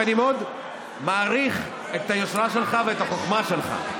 ואני מאוד מעריך את היושרה שלך ואת החוכמה שלך.